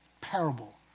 parable